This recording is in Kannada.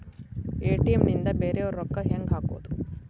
ಎ.ಟಿ.ಎಂ ನಿಂದ ಬೇರೆಯವರಿಗೆ ರೊಕ್ಕ ಹೆಂಗ್ ಹಾಕೋದು?